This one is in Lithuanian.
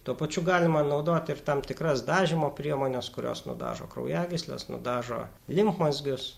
tuo pačiu galima naudoti ir tam tikras dažymo priemones kurios nudažo kraujagysles nudažo limfmazgius